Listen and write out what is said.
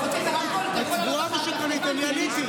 צבועה ושקרנית.